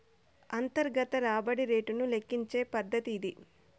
అంతర్గత రాబడి రేటును లెక్కించే పద్దతి ఇది